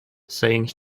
saying